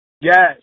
Yes